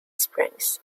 springs